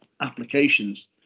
applications